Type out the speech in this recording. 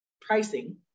pricing